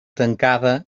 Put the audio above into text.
tancada